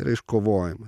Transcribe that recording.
tai yra iškovojimas